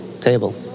table